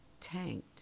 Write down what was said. tanked